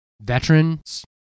Veterans